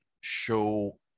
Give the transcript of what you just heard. show